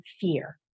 fear